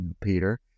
Peter